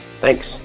Thanks